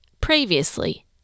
previously